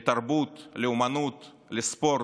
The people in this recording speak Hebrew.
לתרבות, לאומנות, לספורט.